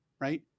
right